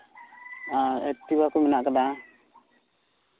Activa ᱠᱚ ᱢᱮᱱᱟᱜ ᱠᱟᱫᱟ